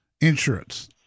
Insurance